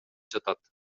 жатат